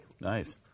Nice